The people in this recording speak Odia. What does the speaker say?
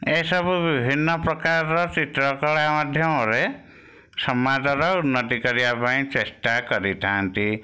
ଏ ସବୁ ବିଭିନ୍ନ ପ୍ରକାରର ଚିତ୍ର କଳା ମାଧ୍ୟମରେ ସମାଜର ଉନ୍ନତି କରିବା ପାଇଁ ଚେଷ୍ଟା କରିଥାନ୍ତି